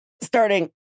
Starting